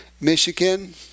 Michigan